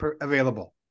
available